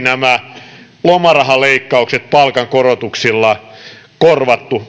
nämä lomarahaleikkaukset palkankorotuksilla korvattu